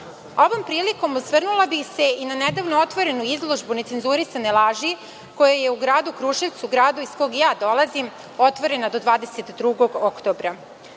reči. Ovom prilikom osvrnula bih se i na nedavno otvorenu izložbu „Necenzurisane laži“ koja je u Gradu Kruševcu iz kojeg ja dolazim, otvorena do 22. oktobra.